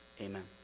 Amen